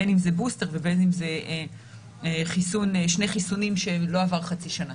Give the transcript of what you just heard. בין אם זה בוסטר ובין אם זה שני חיסונים כשלא עברה חצי שנה.